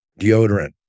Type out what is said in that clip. deodorant